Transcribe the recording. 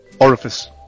orifice